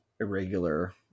irregular